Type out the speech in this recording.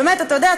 אתה יודע,